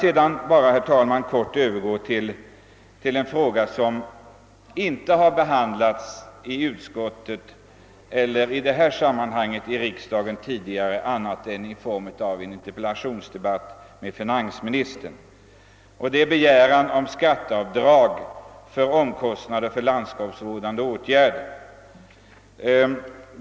Härefter skall jag helt kort ta upp en fråga som förut inte har diskuterats i utskottet eller i riksdagen annat än i samband med en interpellationsdebatt med finansministern, nämligen skatteavdrag för omkostnader för landskaps vårdande åtgärder.